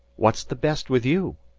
what's the best with you?